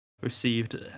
received